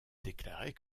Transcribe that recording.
déclarait